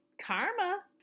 karma